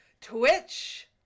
Twitch